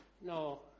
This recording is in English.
No